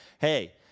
Hey